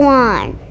one